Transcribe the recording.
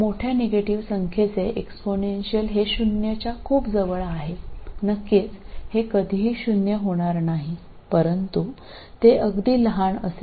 मोठ्या निगेटिव संख्येचे एक्सपोनेन्शियल हे शून्याच्या खूप जवळ आहे नक्कीच हे कधीही शून्य होणार नाही परंतु ते अगदी लहान असेल